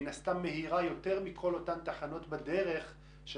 היא מן הסתם מהירה יותר מכל אותן תחנות בדרך של